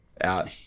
out